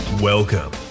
Welcome